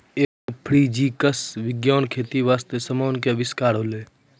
agrophysics विज्ञान खेती बास्ते समान के अविष्कार होलै